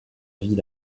vie